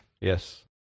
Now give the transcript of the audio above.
Yes